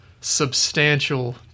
substantial